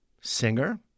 singer